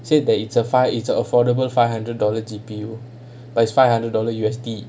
say that it's a five is a affordable five hundreds dollar G_P_U as five hundred dollar U_S_D